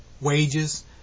wages